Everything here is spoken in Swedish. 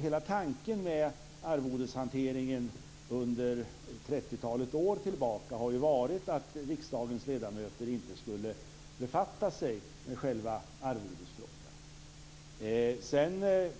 Hela tanken med arvodeshanteringen sedan trettiotalet år tillbaka har ju varit att riksdagens ledamöter inte skall befatta sig med själva arvodesfrågan. Sedan